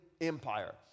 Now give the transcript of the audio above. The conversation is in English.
Empire